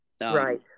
Right